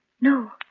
No